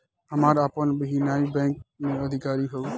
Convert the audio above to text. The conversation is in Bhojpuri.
हमार आपन बहिनीई बैक में अधिकारी हिअ